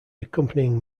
accompanying